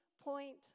Point